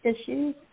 issues